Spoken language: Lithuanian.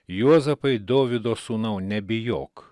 juozapai dovydo sūnau nebijok